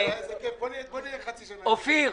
אופיר,